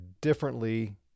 differently